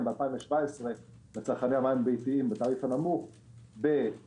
ב-2017 לצרכני המים הביתיים בתעריף הנמוך בכ-14.5%,